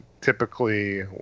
typically